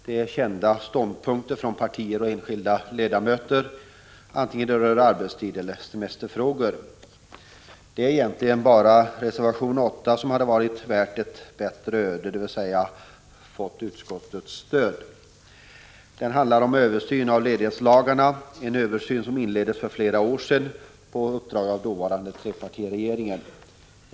Det är kända ståndpunkter från partier och enskilda ledamöter, oavsett om det rör sig om arbetstid eller om semesterfrågor. Det är egentligen bara uppfattningarna i reservation 8 som hade varit värda ett bättre öde, dvs. att få utskottets stöd. Reservationen handlar om översynen av ledighetslagarna, en översyn som inleddes för flera år sedan på uppdrag av den dåvarande trepartiregeringen.